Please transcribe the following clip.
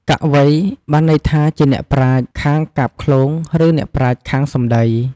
កវី បានន័យថាជាអ្នកប្រាជ្ញខាងកាព្យឃ្លោង ឬ អ្នកប្រាជ្ញខាងសំដី។